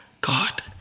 god